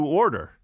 order